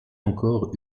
encore